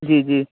जी जी